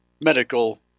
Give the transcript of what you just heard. medical